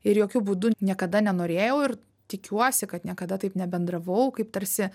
ir jokiu būdu niekada nenorėjau ir tikiuosi kad niekada taip nebendravau kaip tarsi